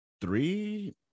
three